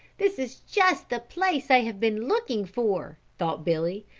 this is just the place i have been looking for, thought billy,